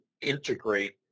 integrate